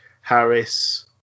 Harris